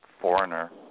Foreigner